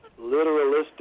literalistic